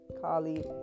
Kali